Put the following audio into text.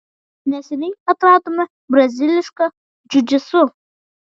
neseniai atradome brazilišką džiudžitsu